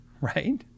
right